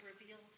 revealed